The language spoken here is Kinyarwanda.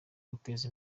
guteza